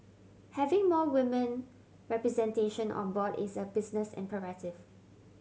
having more women representation on board is a business imperative